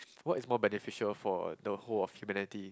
what is more beneficial for the whole of humanity